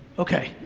okay,